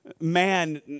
Man